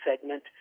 segment